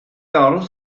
dorf